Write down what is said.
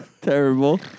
Terrible